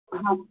ਹਾਂ